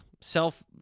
self